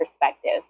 perspective